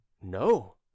no